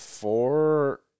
four